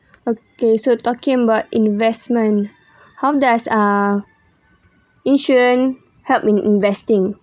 okay so talking about investment how does ah insurance help in investing